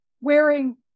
wearing